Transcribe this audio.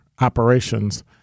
operations